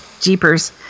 jeepers